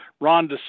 Ron